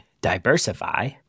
diversify